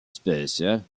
spéciales